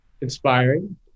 inspiring